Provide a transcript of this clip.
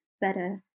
better